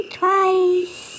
twice